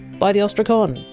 by the ostrakon!